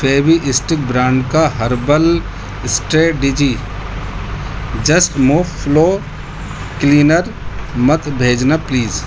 Fevi stick brand کا herbal strategy just mop flow cleaner مت بھیجنا پلیز